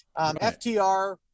FTR